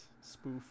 spoof